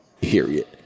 period